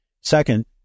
Second